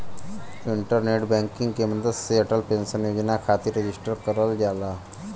internet banking के मदद से अटल पेंशन योजना खातिर रजिस्टर करल जाला